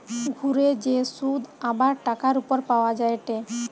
ঘুরে যে শুধ আবার টাকার উপর পাওয়া যায়টে